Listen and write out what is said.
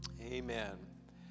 Amen